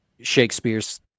shakespeare's